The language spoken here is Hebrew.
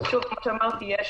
כמו שאמרתי, יש